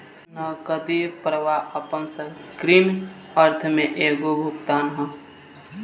नगदी प्रवाह आपना संकीर्ण अर्थ में एगो भुगतान ह